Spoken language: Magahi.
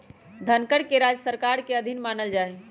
धनकर के राज्य सरकार के अधीन मानल जा हई